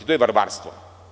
To je varvarstvo.